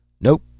Nope